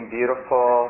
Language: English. beautiful